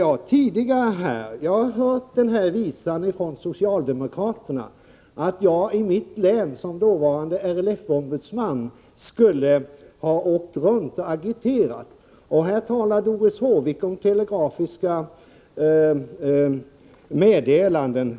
Jag har hört samma visa förut från socialdemokraterna, att jag som dåvarande RLF-ombudsman i mitt län skulle ha åkt runt och agiterat — Doris Håvik talade t.o.m. om telegrafiska meddelanden.